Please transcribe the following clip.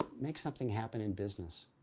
make something happen in business.